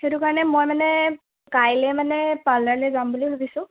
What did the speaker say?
সেইটো কাৰণে মই মানে কাইলৈ মানে পাৰ্লাৰলৈ যাম বুলি ভাবিছোঁ